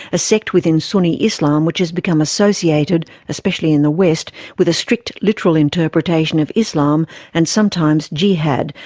a sect within sunni islam which has become associated, especially in the west, with a strict, literal interpretation of islam and sometimes jihad,